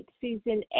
Susan